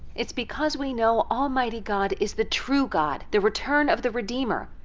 it's because we know almighty god is the true god, the return of the redeemer.